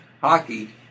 hockey